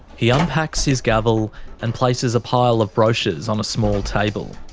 he unpacks his gavel and places a pile of brochures on a small table.